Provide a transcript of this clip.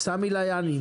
סמי להיאני,